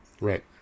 Right